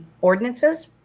ordinances